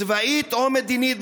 צבאית או "מדינית",